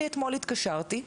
אתמול התקשרתי,